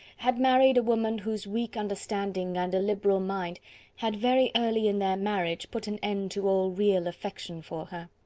had married a woman whose weak understanding and illiberal mind had very early in their marriage put an end to all real affection for her.